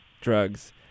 drugs